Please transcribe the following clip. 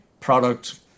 product